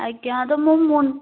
ଆଜ୍ଞା ତ ମୁଁ ମୁନ୍